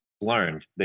learned